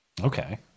Okay